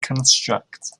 construct